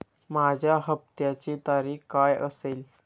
माझ्या हप्त्याची तारीख काय असेल?